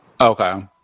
Okay